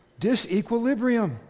disequilibrium